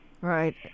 Right